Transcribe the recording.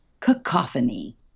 cacophony